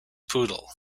poodle